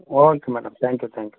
okay madam thank you thank you